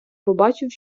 побачив